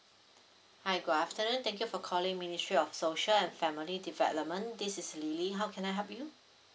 hi good afternoon thank you for calling ministry of social and family development this is lily how can I help you